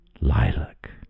Lilac